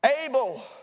Abel